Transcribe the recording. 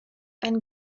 ein